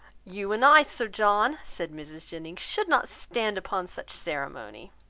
you and i, sir john, said mrs. jennings, should not stand upon such ceremony.